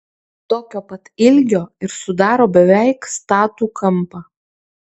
tokio pat ilgio ir sudaro beveik statų kampą